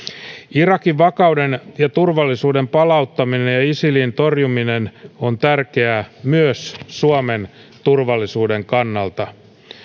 irakin vakauden ja turvallisuuden palauttaminen ja isilin torjuminen on tärkeää myös suomen turvallisuuden kannalta